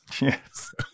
Yes